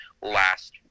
last